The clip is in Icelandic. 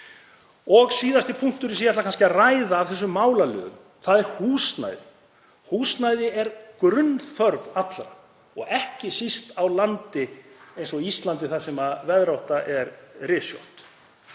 Síðasti punkturinn sem ég ætla að ræða af þessum málefnaliðum er húsnæði. Húsnæði er grunnþörf allra og ekki síst á landi eins og Íslandi þar sem veðráttan er rysjótt.